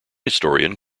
historian